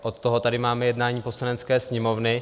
Od toho tady máme jednání Poslanecké sněmovny.